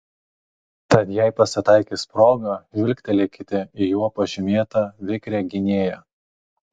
tad jei pasitaikys proga žvilgtelėkite į juo pažymėtą vikrią gynėją